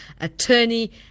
attorney